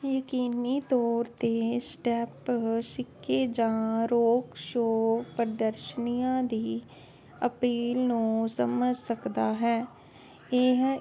ਯਕੀਨੀ ਤੌਰ 'ਤੇ ਸਟੈਪ ਸਿੱਕੇ ਜਾਂ ਰੋਕ ਸ਼ੋਅ ਪ੍ਰਦਰਸ਼ਨੀਆਂ ਦੀ ਅਪੀਲ ਨੂੰ ਸਮਝ ਸਕਦਾ ਹੈ ਇਹ